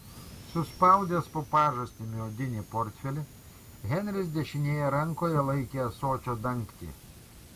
suspaudęs po pažastimi odinį portfelį henris dešinėje rankoje laikė ąsočio dangtį